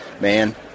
man